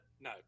no